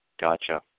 Gotcha